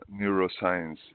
neuroscience